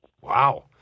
Wow